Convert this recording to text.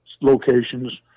locations